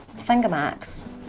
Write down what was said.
finger marks.